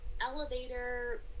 elevator